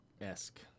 esque